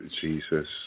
Jesus